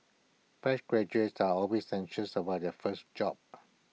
fresh graduates are always anxious about their first job